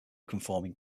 conforming